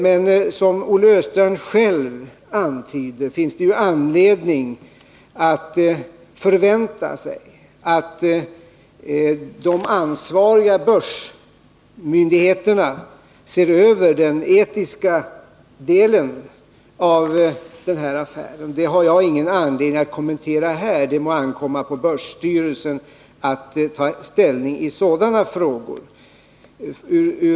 Men som Olle Östrand själv antydde finns det anledning att förvänta sig att de ansvariga börsmyndigheterna ser över den etiska delen av affären. Det har jag ingen anledning att kommentera här — det må ankomma på börsstyrelsen att ta ställning i sådana frågor.